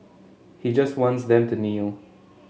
he just wants them to kneel